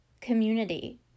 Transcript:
community